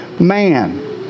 man